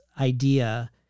idea